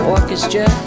Orchestra